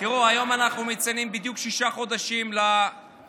תראו, היום אנחנו מציינים בדיוק שישה חודשים להקמת